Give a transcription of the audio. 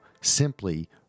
simply